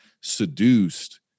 seduced